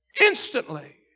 Instantly